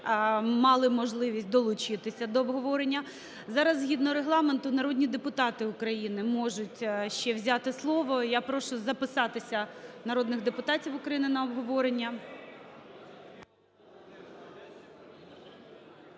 мали можливість долучитися до обговорення. Зараз, згідно Регламенту, народні депутати України можуть ще взяти слово, і я прошу записатися народних депутатів України на обговорення.